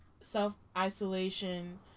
self-isolation